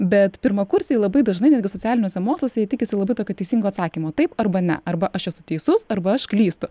bet pirmakursiai labai dažnai netgi socialiniuose moksluose jie tikisi labai tokio teisingo atsakymo taip arba ne arba aš esu teisus arba aš klystu